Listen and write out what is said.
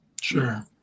Sure